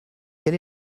quel